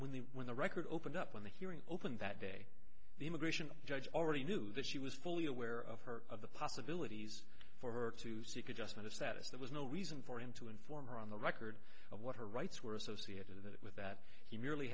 when the when the record opened up on the hearing open that day the immigration judge already knew that she was fully aware of her of the possibilities for her to seek adjustment of status there was no reason for him to inform her on the record of what her rights were associated it with that he merely